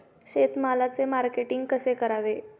शेतमालाचे मार्केटिंग कसे करावे?